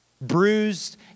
bruised